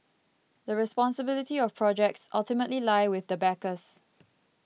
the responsibility of projects ultimately lie with the backers